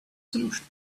solution